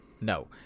No